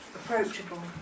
Approachable